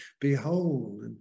Behold